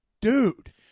dude